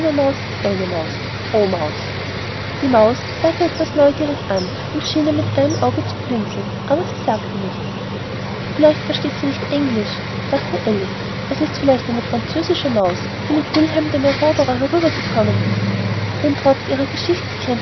eine maus o maus die maus sah sie etwas neugierig an und schien ihr mit dem einen auge zu blinzeln aber sie sagte nichts vielleicht versteht sie nicht englisch dachte alice es ist vielleicht eine französische maus die mit wilhelm dem eroberer herüber gekommen ist denn trotz ihrer